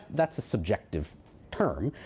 that's a subjective term.